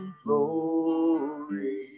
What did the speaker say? glory